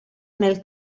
nel